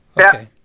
Okay